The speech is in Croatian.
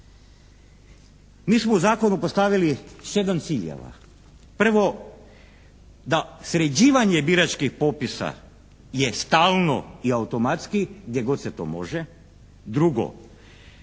Mi smo u zakonu postavili sedam ciljeva. Prvo, da sređivanje biračkih popisa je stalno i automatski gdje god se to može. Drugo,